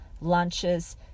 lunches